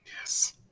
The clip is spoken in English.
Yes